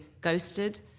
ghosted